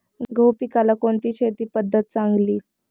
गहू पिकाला कोणती शेती पद्धत चांगली?